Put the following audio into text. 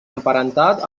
emparentat